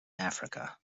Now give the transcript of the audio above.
africa